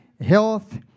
health